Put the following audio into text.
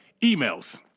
Emails